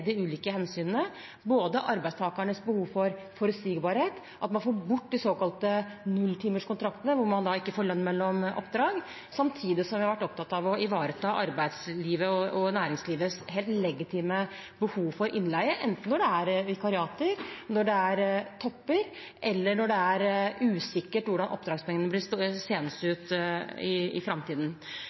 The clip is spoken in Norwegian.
de ulike hensynene, både arbeidstakernes behov for forutsigbarhet – at man får bort de såkalte nulltimerskontraktene, hvor man ikke får lønn mellom oppdrag – og å ivareta arbeidslivets og næringslivets helt legitime behov for innleie, enten når det er vikariater, når det er topper eller når det er usikkert hvordan oppdragsmengden blir seende ut i framtiden. Det vi sendte ut på høring i fjor sommer, og denne proposisjonen som jeg la fram i